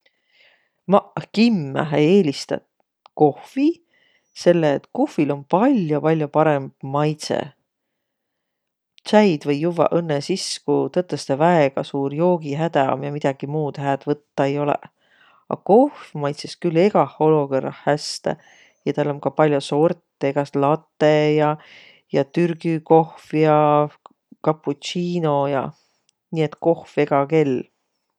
Maq kimmähe eelistä kohvi, selle et kohvil om pall'o-pall'o parõmb maidsõq. Tsäid või juvvaq õnnõ sis, ku tõtõstõ väega suur joogihädä om ja midägi muud hääd võttaq ei olõq. A kohv maitsõs külh egäh olokõrrah häste ja täl om ka pall'o sortõ, egäs- late ja, ja türgü kohv ja kaputsiino ja. Nii et kohv egä kell.